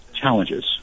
challenges